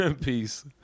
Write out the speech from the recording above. Peace